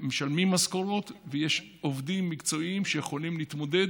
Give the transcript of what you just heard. משלמים משכורות ויש עובדים מקצועיים שיכולים להתמודד